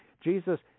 Jesus